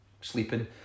sleeping